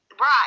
Right